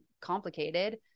complicated